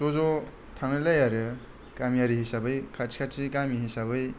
ज' ज' थालायलायो आरो गामियारि हिसाबै खाथि खाथिनि गामि हिसाबै